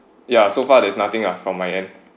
ya so far there's nothing ah from my end